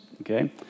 okay